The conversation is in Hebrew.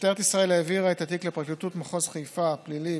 משטרת ישראל העבירה את התיק לפרקליטות מחוז חיפה (פלילי)